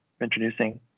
introducing